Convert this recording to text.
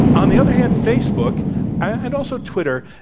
on the other hand, facebook and also twitter,